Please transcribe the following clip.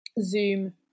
zoom